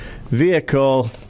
vehicle